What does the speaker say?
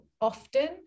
often